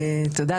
תודה.